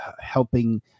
helping